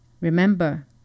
Remember